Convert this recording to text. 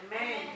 Amen